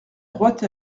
droite